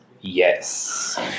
Yes